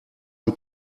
ein